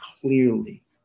clearly